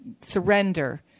Surrender